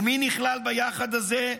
ומי נכלל ב"יחד" הזה?